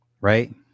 Right